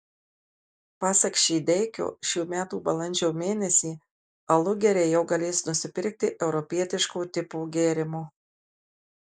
pasak šydeikio šių metų balandžio mėnesį alugeriai jau galės nusipirkti europietiško tipo gėrimo